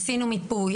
עשינו מיפוי.